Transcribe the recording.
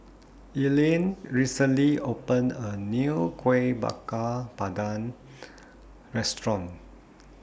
Erline recently opened A New Kuih Bakar Pandan Restaurant